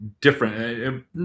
different